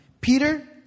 Peter